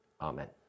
Amen